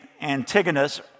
Antigonus